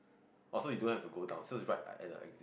also you don't have to go down so it is like right at the